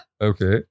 Okay